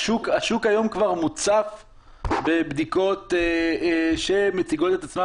ראיתי שהשוק היום כבר מוצף בבדיקות שמציגות את עצמן